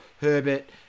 Herbert